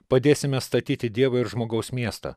padėsime statyti dievo ir žmogaus miestą